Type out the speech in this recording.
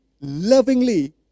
lovingly